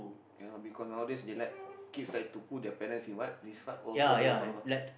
ya because nowadays they like kids like to put their parents in what this what old folk homes ah